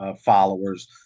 followers